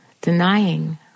denying